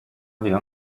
aveva